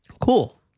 cool